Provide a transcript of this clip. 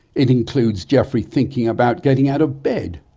it includes geoffrey thinking about getting out of bed,